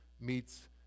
meets